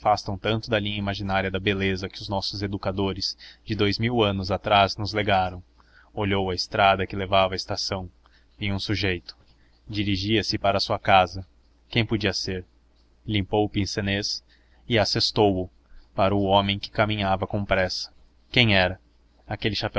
afastam tanto da linha imaginária da beleza que os nossos educadores de dous mil anos atrás nos legaram olhou a estrada que levava à estação vinha um sujeito dirigia-se para a sua casa quem podia ser limpou o pince-nez e assestou o para o homem que caminhava com pressa quem era aquele